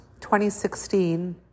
2016